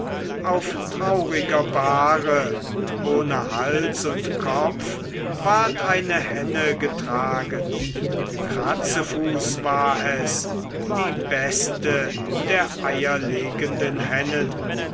auf trauriger bahre ohne hals und kopf ward eine henne getragen kratzefuß war es die beste der eierlegenden hennen